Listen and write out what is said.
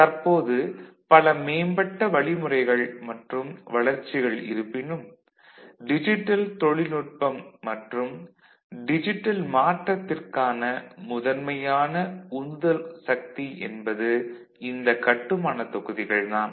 தற்போது பல மேம்பட்ட வழிமுறைகள் மற்றும் வளர்ச்சிகள் இருப்பினும் டிஜிட்டல் தொழில்நுட்பம் மற்றும் டிஜிட்டல் மாற்றத்திற்கான முதன்மையான உந்துதல் சக்தி என்பது இந்த கட்டுமானத் தொகுதிகள் தான்